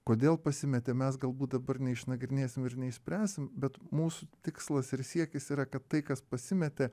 kodėl pasimetė mes galbūt dabar neišnagrinėsim ir neišspręsim bet mūsų tikslas ir siekis yra kad tai kas pasimetė